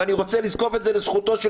ואני רוצה לזקוף את זה לזכותו של